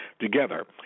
together